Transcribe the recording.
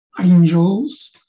angels